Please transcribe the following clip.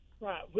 Right